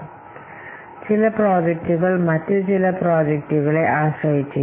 ഇപ്പോൾ പ്രോജക്റ്റുകൾ തമ്മിലുള്ള ആശ്രിതത്വം കണക്കിലെടുക്കുമ്പോൾ ചില പ്രോജക്റ്റുകൾ ഉണ്ട് ആശ്രിതരുണ്ട്